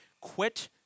Quit